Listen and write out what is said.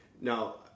Now